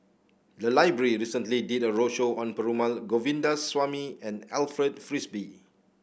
the library recently did a roadshow on Perumal Govindaswamy and Alfred Frisby